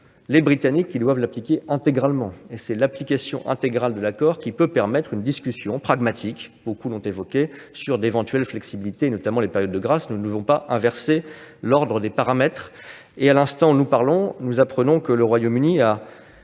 aux Britanniques de l'appliquer intégralement ; et c'est l'application intégrale de l'accord qui peut permettre une discussion pragmatique sur d'éventuelles flexibilités, notamment pour les périodes de grâce. Nous ne devons pas inverser l'ordre des paramètres. À l'instant où nous parlons, nous apprenons que le Royaume-Uni a